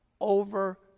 over